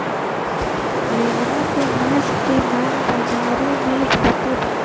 मेमना के मांस के मांग बाजारी में बहुते बाटे